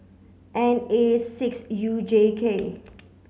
N A six U J K